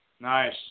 Nice